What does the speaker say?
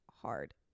hard